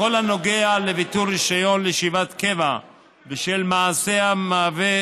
בכל הנוגע לביטול רישיון לישיבת קבע בשל מעשה המהווה